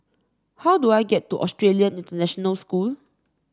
how do I get to Australian International School